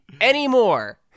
anymore